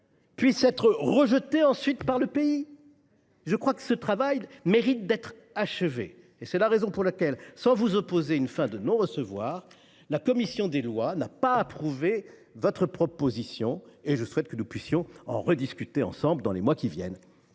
ensuite être rejeté par le pays ? Je crois que ce travail mérite d’être achevé. C’est la raison pour laquelle, sans vous opposer une fin de non recevoir, la commission des lois n’a pas approuvé votre proposition. Je souhaite que nous puissions en rediscuter ensemble dans les mois qui viennent.